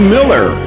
Miller